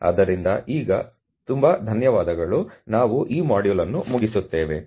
ಆದ್ದರಿಂದ ಈಗ ತುಂಬಾ ಧನ್ಯವಾದಗಳು ನಾವು ಈ ಮಾಡ್ಯೂಲ್ ಅನ್ನು ಮುಗಿಸುತ್ತೇವೆ